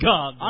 God